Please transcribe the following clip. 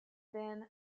been